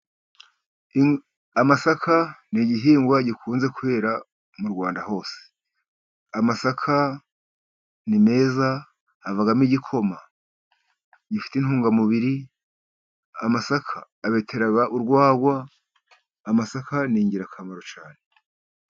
Amasaka ni igihingwa gikunze kwera mu Rwanda hose. Amasaka ni meza havamo igikoma gifite intungamubiri, amasaka abetera urwagwa, amasaka ni ingirakamaro cyane.